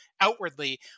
outwardly